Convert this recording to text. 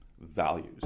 values